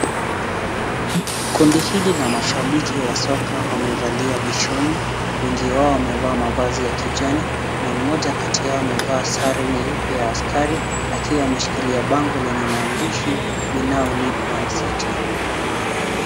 Kundi hili la mashabiki wa soka wamevalia vishoni. Wengi wao wamevaa mavazi ya kijani na mmoja kati yao amevaa sare nyeupe ya askari akiwa ameshikilia bango lenye maandishi we now need man city .